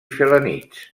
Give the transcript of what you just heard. felanitx